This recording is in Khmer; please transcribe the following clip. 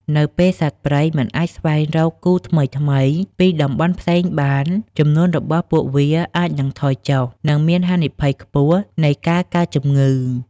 នៅពេលសត្វព្រៃមិនអាចស្វែងរកគូថ្មីៗពីតំបន់ផ្សេងបាន ចំនួនរបស់ពួកវាអាចនឹងថយចុះ និងមានហានិភ័យខ្ពស់នៃការកើតជំងឺ។